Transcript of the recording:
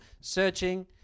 searching